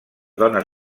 dones